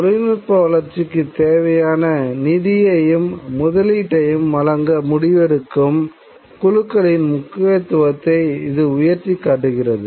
தொழில்நுட்ப வளர்ச்சிக்கு தேவையான நிதியையும் முதலீட்டையும் வழங்க முடிவெடுக்கும் குழுக்களின் முக்கியத்துவத்தை இது உயர்த்திக் காட்டுகிறது